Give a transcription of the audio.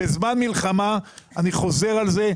בזמן מלחמה, אני חוזר על זה,